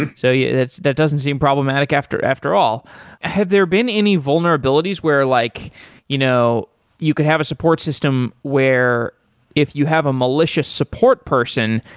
and so yeah that doesn't seem problematic after after all have there been any vulnerabilities where like you know you can have a support system, where if you have a malicious support person,